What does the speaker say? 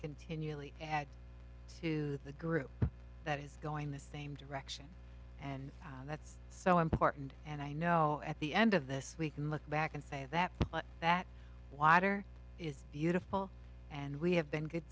continually adds to the group that is going the same direction and that's so important and i know at the end of this we can look back and say that that water is beautiful and we have been good